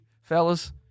Fellas